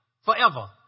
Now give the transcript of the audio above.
forever